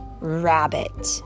rabbit